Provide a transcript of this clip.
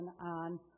on